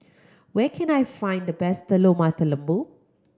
where can I find the best Telur Mata Lembu